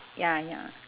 ya ya